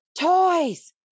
toys